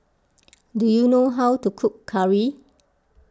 do you know how to cook Curry